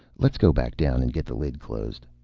let's go back down and get the lid closed.